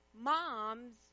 moms